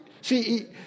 See